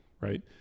right